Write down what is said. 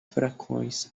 furacões